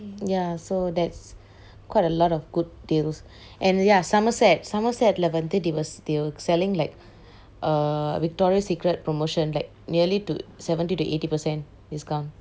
ya so there's quite a lot of good deals and ya somerset somerset ல வந்து:le vanthu they were they were selling like err victoria secret promotion like nearly to seventy to eighty percent discount